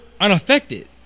unaffected